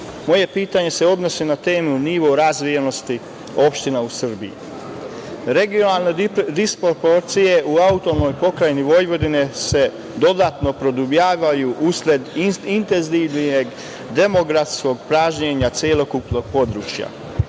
Moje pitanje se odnosi na temu nivo razvijenosti opština u Srbiji. Regionalne disproporcije u AP Vojvodine se dodatno produbljavaju usled intenzivnijeg demografskog pražnjenja celokupnog područja,